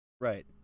right